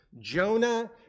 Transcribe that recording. Jonah